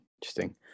Interesting